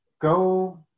go